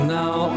now